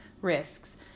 risks